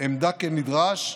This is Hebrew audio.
עמדה כנדרש,